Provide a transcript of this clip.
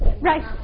Right